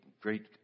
great